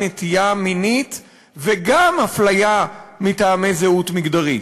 נטייה מינית וגם אפליה מטעמי זהות מגדרית.